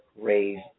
raised